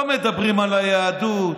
לא מדברים על היהדות.